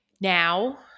now